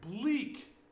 bleak